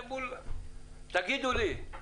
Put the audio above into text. תגידו לי,